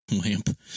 Lamp